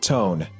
Tone